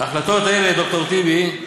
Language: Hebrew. ההחלטות האלה, ד"ר טיבי,